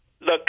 Look